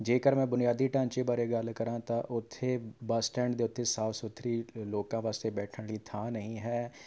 ਜੇਕਰ ਮੈਂ ਬੁਨਿਆਦੀ ਢਾਂਚੇ ਬਾਰੇ ਗੱਲ ਕਰਾਂ ਤਾਂ ਉੱਥੇ ਬੱਸ ਸਟੈਂਡ ਦੇ ਉੱਤੇ ਸਾਫ਼ ਸੁਥਰੀ ਲੋਕਾਂ ਵਾਸਤੇ ਬੈਠਣ ਲਈ ਥਾਂ ਨਹੀਂ ਹੈ